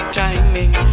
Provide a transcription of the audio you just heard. timing